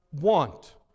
want